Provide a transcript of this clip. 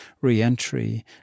re-entry